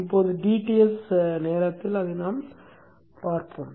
இப்போது dTs காலத்தில் அதைப் பார்ப்போம்